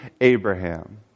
Abraham